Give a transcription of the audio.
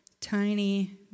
tiny